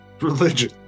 religion